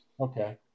Okay